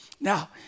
Now